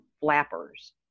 flappers